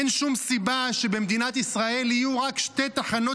אין שום סיבה שבמדינת ישראל יהיו רק שתי תחנות